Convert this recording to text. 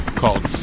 called